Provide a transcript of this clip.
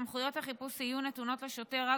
סמכויות החיפוש יהיו נתונות לשוטר רק